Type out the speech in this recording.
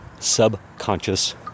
subconscious